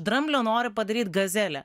dramblio nori padaryt gazelę